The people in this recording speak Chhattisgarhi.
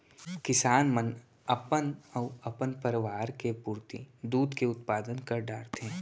किसान मन अपन अउ अपन परवार के पुरती दूद के उत्पादन कर डारथें